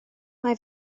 mae